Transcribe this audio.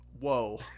Whoa